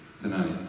tonight